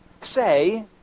say